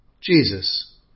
Jesus